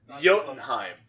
jotunheim